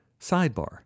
Sidebar